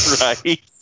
Right